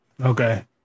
Okay